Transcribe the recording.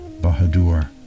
Bahadur